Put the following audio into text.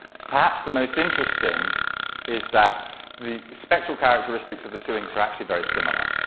perhaps the most interesting is that the spectral characteristics of the two and two are actually very similar.